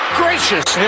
gracious